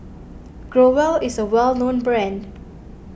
Growell is a well known brand